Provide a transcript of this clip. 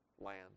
land